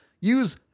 Use